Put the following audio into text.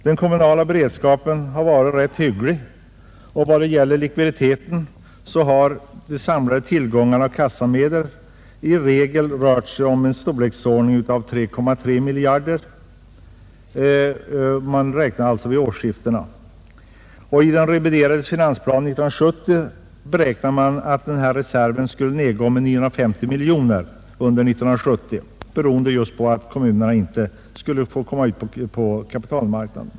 Den kommunala beredskapen har varit rätt hygglig vad det gällt likviditeten, och de samlade tillgångarna av kassamedel har rört sig om cirka 3 300 miljoner kronor. I den reviderade finansplanen 1970 beräknar man att denna reserv skulle nedgå med 950 miljoner under 1970 beroende på att kommunerna inte skulle få komma ut till kapitalmarknaden.